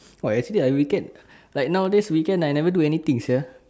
!wah! actually I weekend like nowadays weekends I never do anything sia